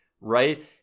right